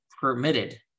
permitted